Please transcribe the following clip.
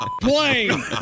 Plane